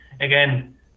again